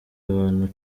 abantu